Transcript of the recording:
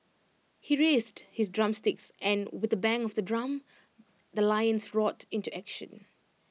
he raised his drumsticks and with A bang of the drum the lions roared into action